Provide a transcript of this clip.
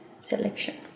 selection